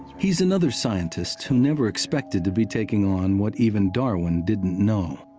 he's another scientist who never expected to be taking on what even darwin didn't know.